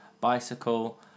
Bicycle